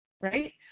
right